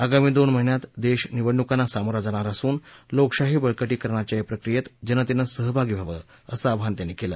आगामी दोन महिन्यात देश निवडणुकांना सामोरं जाणार असून लोकशाही बळकटीकरणाच्या या प्रक्रियेत जनतेनं सहभागी व्हावं असं आवाहन त्यांनी केलं